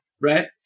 right